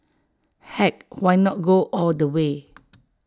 heck why not go all the way